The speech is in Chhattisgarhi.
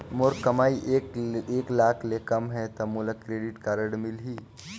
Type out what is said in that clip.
मोर कमाई एक लाख ले कम है ता मोला क्रेडिट कारड मिल ही?